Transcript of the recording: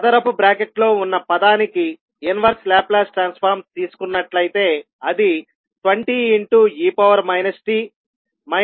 చదరపు బ్రాకెట్లో ఉన్న పదానికి ఇన్వర్స్ లాప్లాస్ ట్రాన్సఫార్మ్ తీసుకున్నట్లయితేఅది 20e t e 2t అవుతుంది